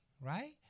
Right